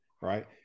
right